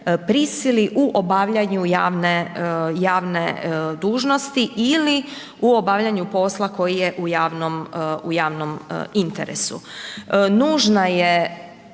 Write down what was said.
prisili u obavljanju javne, javne dužnosti ili u obavljanju posla koji je u javnom, u